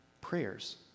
prayers